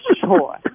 sure